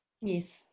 Yes